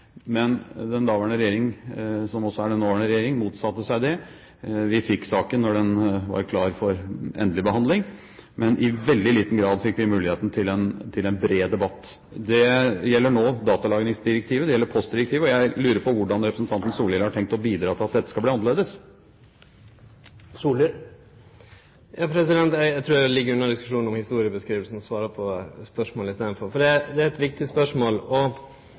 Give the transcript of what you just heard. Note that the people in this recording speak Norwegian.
men den daværende regjering – som også er den nåværende regjering – motsatte seg det. Vi fikk saken da den var klar for endelig behandling, men i veldig liten grad fikk vi muligheten til en bred debatt. Det gjelder nå datalagringsdirektivet, det gjelder postdirektivet, og jeg lurer på hvordan representanten Solhjell har tenkt å bidra til at dette skal bli annerledes. Eg trur eg ligg unna diskusjonen om historiebeskrivinga og svarar på spørsmålet i staden, for det er eit viktig spørsmål.